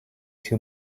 too